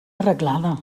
arreglada